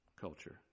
culture